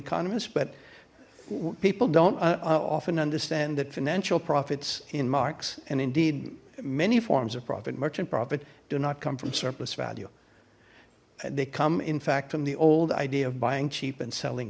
economist but people don't often understand that financial profits in marx and indeed many forms of profit merchant profit do not come from surplus value they come in fact from the old idea of buying cheap and selling